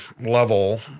level